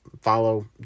follow